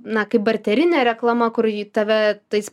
na kaip barterinė reklama kur ji tave tais